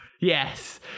Yes